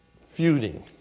feuding